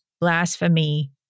blasphemy